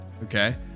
Okay